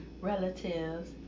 relatives